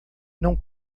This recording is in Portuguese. não